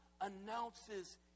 announces